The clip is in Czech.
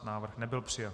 Návrh nebyl přijat.